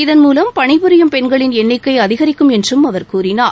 இதன்மூலம் பணிபுரியும் பெண்களின் எண்ணிக்கை அதிகரிக்கும் என்றும் அவர் கூறினார்